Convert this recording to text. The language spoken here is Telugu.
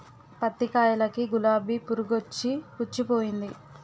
పత్తి కాయలకి గులాబి పురుగొచ్చి పుచ్చిపోయింది